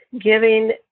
giving